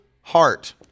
heart